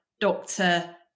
doctor